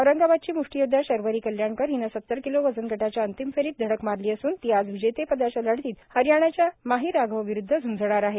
औरंगाबादची मुष्टीयोद्धा शर्वरी कल्याणकर हिनं सतर किलो वजन गटाच्या अंतिम फेरीत धडक मारली असून ती आज विजेतेपदाच्या लढतीत हरियाणाच्या माही राघव विरुदध झूंजणार आहे